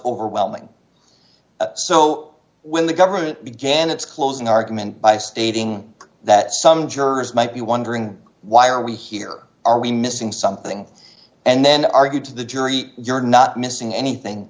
overwhelming so when the government began its closing argument by stating that some jurors might be wondering why are we here or are we missing something and then argued to the jury you're not missing anything